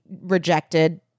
rejected